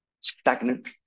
stagnant